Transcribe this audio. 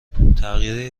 تغییر